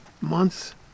months